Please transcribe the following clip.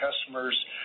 customers